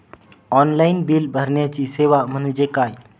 Online bill भरण्याची सेवा म्हणजे काय?